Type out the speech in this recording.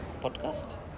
podcast